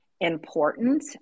important